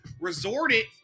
resorted